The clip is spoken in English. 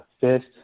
fist